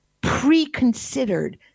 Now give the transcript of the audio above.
pre-considered